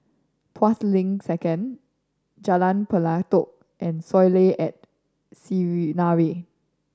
Tuas Link Second Jalan Pelatok and Soleil at Sinaran